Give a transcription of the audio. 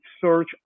search